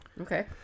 Okay